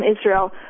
Israel